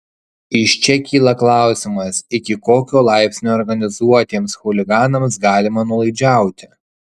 iš čia kyla klausimas iki kokio laipsnio organizuotiems chuliganams galima nuolaidžiauti